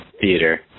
theater